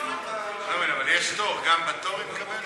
אבל יש תור, גם בתור היא מקבלת?